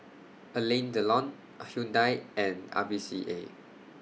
Alain Delon Hyundai and R V C A